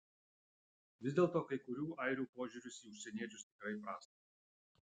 vis dėlto kai kurių airių požiūris į užsieniečius tikrai prastas